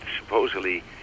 supposedly